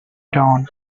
dawn